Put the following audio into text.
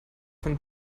von